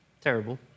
Terrible